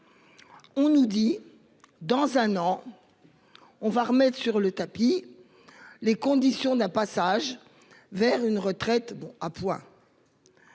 On nous dit dans un an. On va remettre sur le tapis. Les conditions n'a pas passage vers une retraite à points.